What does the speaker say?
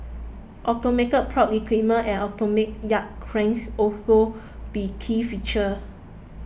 automated port equipment and automated yard cranes also be key features